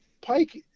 Pike